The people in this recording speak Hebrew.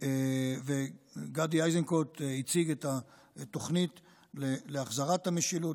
גדי איזנקוט הציג תוכנית להחזרת המשילות,